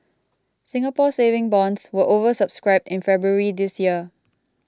Singapore Saving Bonds were over subscribed in February this year